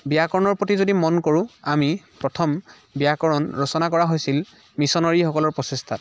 ব্যাকৰণৰ প্ৰতি যদি মন কৰোঁ আমি প্ৰথম ব্যাকৰণ ৰচনা কৰা হৈছিল মিছনেৰীসকলৰ প্ৰচেষ্টাত